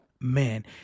man